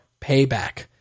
Payback